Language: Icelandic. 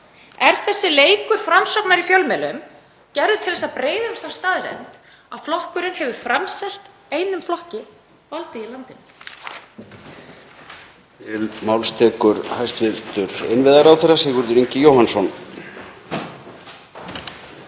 Er þessi leikur Framsóknar í fjölmiðlum gerður til þess að breiða yfir þá staðreynd að flokkurinn hefur framselt einum flokki valdið í landinu?